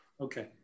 Okay